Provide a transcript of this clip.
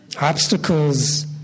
Obstacles